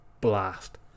blast